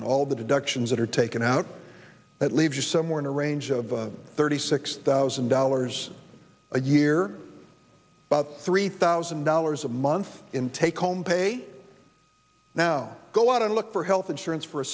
and all the deductions that are taken out that leaves you somewhere in a range of thirty six thousand dollars a year three thousand dollars a month in take home pay now go out and look for health insurance for a